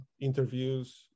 interviews